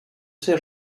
ces